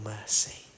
mercy